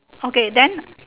okay then